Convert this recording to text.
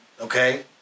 okay